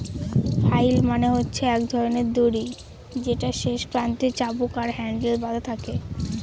flail মানে হচ্ছে এক ধরনের দড়ি যেটার শেষ প্রান্তে চাবুক আর হ্যান্ডেল বাধা থাকে